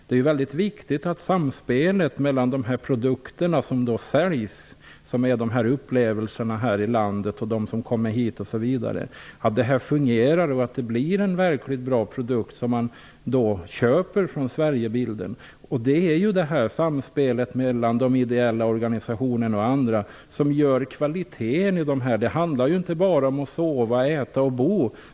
Det är väldigt viktigt att de produkter som säljs, dvs. upplevelserna här i landet, fungerar och att den produkt som man köper från Sverigebilden blir bra. Det är samspelet mellan ideella organisationer och andra som skapar kvaliteten. Det handlar inte bara om att sova, äta och bo.